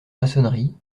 maçonnerie